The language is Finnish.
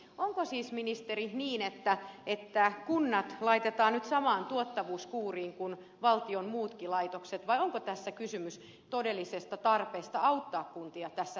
onko siis ministeri niin että kunnat laitetaan nyt samaan tuottavuuskuuriin kuin valtion muutkin laitokset vai onko tässä kysymys todellisesta tarpeesta auttaa kuntia tässä hädässä